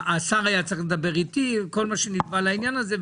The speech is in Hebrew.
השר היה צריך לדבר איתי וכל מה שנלווה לעניין הזה.